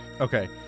Okay